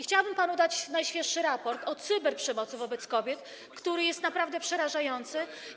Chciałabym panu dać najświeższy raport o cyberprzemocy wobec kobiet, który jest naprawdę przerażający.